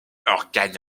organe